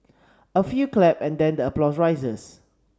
a few clap and then the applause rises